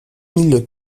mille